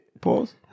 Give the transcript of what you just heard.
Pause